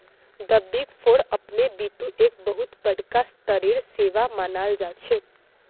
द big four अपने बितु एक बहुत बडका स्तरेर सेवा मानाल जा छेक